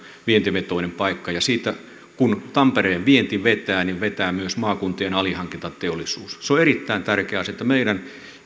vientivetoinen paikka ja kun tampereen vienti vetää niin vetää myös maakuntien alihankintateollisuus se on erittäin tärkeä asia että meidän